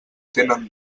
tenen